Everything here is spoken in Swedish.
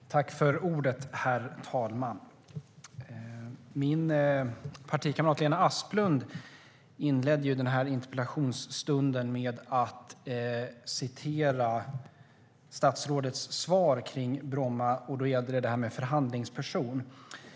STYLEREF Kantrubrik \* MERGEFORMAT Svar på interpellationerHerr talman! Min partikamrat Lena Asplund inledde den här interpellationsstunden med att citera statsrådets svar om Bromma. Då gällde det detta med förhandlingsperson.